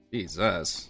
Jesus